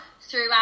throughout